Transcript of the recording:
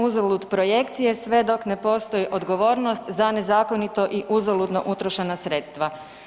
Uzalud projekcije sve dok ne postoji odgovornost za nezakonito i uzaludno utrošena sredstva.